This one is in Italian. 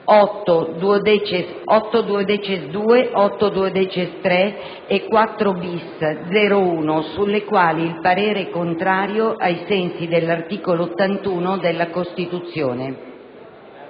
8-*duodecies*.3 e 4-*bis*.0.1, sulle quali il parere è contrario ai sensi dell'articolo 81 della Costituzione».